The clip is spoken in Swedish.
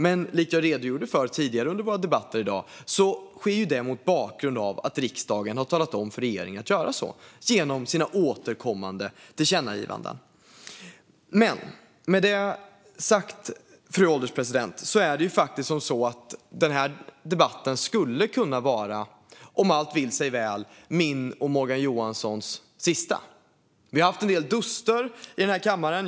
Men likt det jag har redogjort för under våra tidigare debatter i dag sker det mot bakgrund av att riksdagen, genom återkommande tillkännagivanden, har talat om för regeringen att den ska göra det. Fru ålderspresident! Med det sagt skulle den här debatten, om allt vill sig väl, kunna vara min och Morgan Johanssons sista. Vi har haft en del duster i den här kammaren.